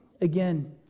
again